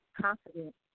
confident